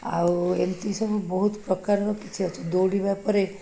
ଆଉ ଏମିତି ସବୁ ବହୁତ ପ୍ରକାରର କିଛି ଅଛି ଦୌଡ଼ିବା ପରେ